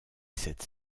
cette